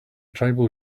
tribal